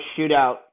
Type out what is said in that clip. shootout